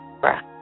breath